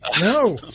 no